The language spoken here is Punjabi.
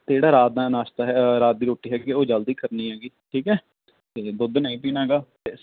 ਅਤੇ ਜਿਹੜਾ ਰਾਤ ਦਾ ਨਾਸ਼ਤਾ ਹੈ ਰਾਤ ਦੀ ਰੋਟੀ ਹੈਗੀ ਉਹ ਜਲਦੀ ਕਰਨੀ ਹੈਗੀ ਠੀਕ ਹੈ ਅਤੇ ਦੁੱਧ ਨਹੀਂ ਪੀਣਾ ਹੈਗਾ ਅਤੇ